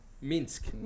Minsk